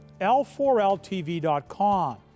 l4ltv.com